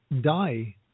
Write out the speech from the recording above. die